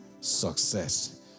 success